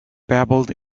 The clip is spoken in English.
babbled